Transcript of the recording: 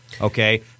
Okay